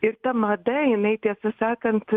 ir ta mada jinai tiesą sakant